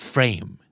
Frame